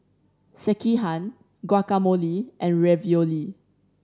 Sekihan Guacamole and Ravioli